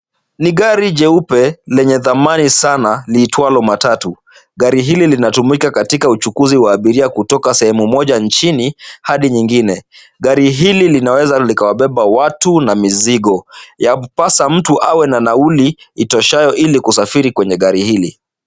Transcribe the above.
Ni gari jeupe lenye thamani sana liitwalo matatu. Gari hili linatumika katika uchukuzi wa abiria kutoka sehemu moja nchini hadi nyingine. Gari hili linaweza likawabeba watu na mizigo. Yampasa mtu awe na nauli itoshayo ili kusafiri kwenye gari hili.